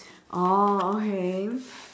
oh okay